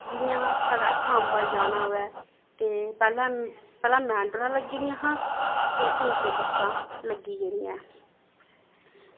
जियां साढ़ेआ सांबा जाना होऐ ते पैह्लें पैह्लें मैटाडोरां लग्गी दियां हां ते हून ते बस्सां लग्गी गेदियां